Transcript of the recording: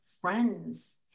friends